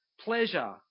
pleasure